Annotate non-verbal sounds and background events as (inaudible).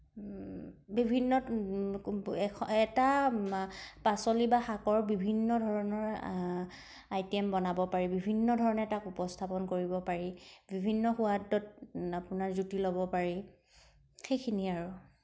বিভিন্ন (unintelligible) এটা পাচলি বা শাকৰ বিভিন্ন ধৰণৰ আইটেম বনাব পাৰি বিভিন্ন ধৰণে তাক উপস্থাপন কৰিব পাৰি বিভিন্ন সোৱাদত আপোনাৰ জুতি ল'ব পাৰি সেইখিনিয়েই আৰু